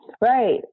Right